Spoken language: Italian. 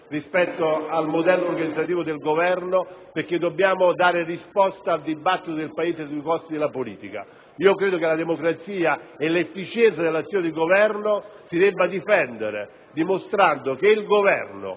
rispetto al modello organizzativo del Governo perché dobbiamo dare risposta al dibattito del Paese sui costi della politica. Credo che la democrazia e l'efficienza dell'azione di Governo si debba difendere dimostrando che il Governo